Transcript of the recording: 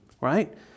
right